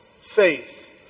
Faith